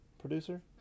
Producer